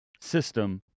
system